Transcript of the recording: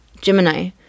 Gemini